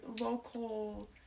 local